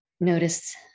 Notice